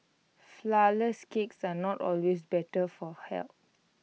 Flourless Cakes are not always better for health